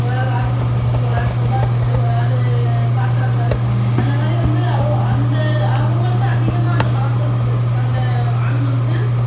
ஒரு ஆள் washing machine ஒரு ஆள் சோஃபா செட்டு ஒரு ஆள் பாத்திரங்கள் அந்த மாதிரி வந்து அ அந்த அவங்கள்ட்ட அதிகமாக அந்த பழக்கம் இருக்குது அந்த ஆளுங்களுக்கு